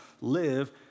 live